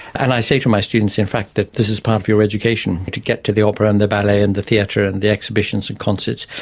and i say to my students in fact that this is part of your education, to get to the opera and the ballet and the theatre and the exhibitions and concerts,